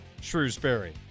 Shrewsbury